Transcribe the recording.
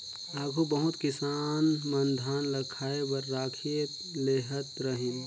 आघु बहुत किसान मन धान ल खाए बर राखिए लेहत रहिन